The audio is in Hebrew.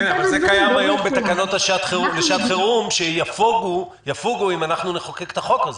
אבל זה קיים היום בתקנות לשעת חירום שיפוגו אם אנחנו נחוקק את החוק הזה.